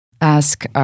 ask